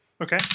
Okay